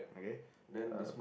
okay uh